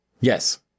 Yes